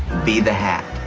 be the hat